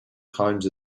times